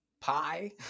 pie